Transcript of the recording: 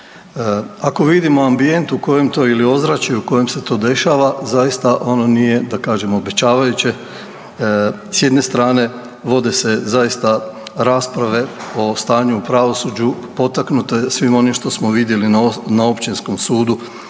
Ako vidimo ambijent u kojem to ili ozračuju u kojem se to dešava zaista ono nije da kažem obećavajuće. S jedne strane vode se zaista rasprave o stanju u pravosuđu potaknute svim onim što smo vidjeli na Općinskom sudu